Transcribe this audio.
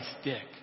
stick